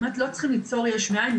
לא צריכים לפתור יש מאין,